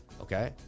Okay